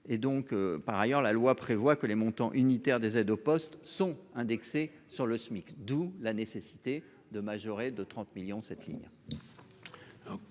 par ailleurs, la loi prévoit que les montants unitaires des aides au postes sont indexés sur le SMIC, d'où la nécessité de majorer de 30 millions cette ligne.